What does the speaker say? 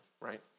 right